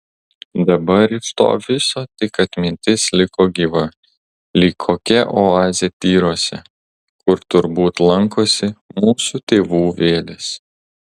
dabar iš to viso tik atmintis liko gyva lyg kokia oazė tyruose kur turbūt lankosi mūsų tėvų vėlės